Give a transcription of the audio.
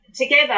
Together